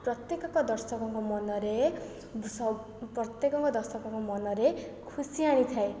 ପ୍ରତ୍ୟେକଙ୍କ ଦର୍ଶକଙ୍କ ମନରେପ୍ରତ୍ୟେକଙ୍କ ଦର୍ଶକଙ୍କ ମନରେ ଖୁସି ଆଣିଥାଏ